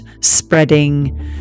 spreading